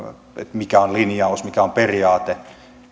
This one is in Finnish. mikä on linjaus mikä on periaate